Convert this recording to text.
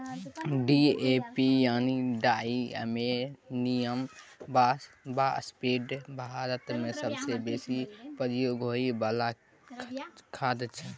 DAP यानी di ammonium phosphate भारतमे सबसँ बेसी प्रयोग होइ बला खाद छै